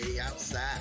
outside